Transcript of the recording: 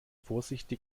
vorsichtig